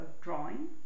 drawing